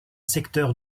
secteur